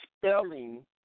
spelling